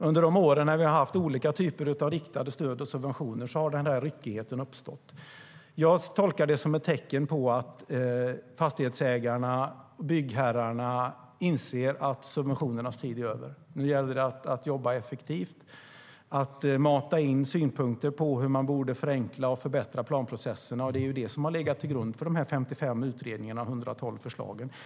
Under de år när vi har haft olika typer av riktade stöd och subventioner har den ryckigheten uppstått. Jag tolkar det som ett tecken på att fastighetsägarna och byggherrarna inser att subventionernas tid är förbi. Nu gäller det att jobba effektivt och mata in synpunkter på hur man borde förenkla planprocesserna. Det är det som har legat till grund för de 55 utredningarna och 112 förslagen.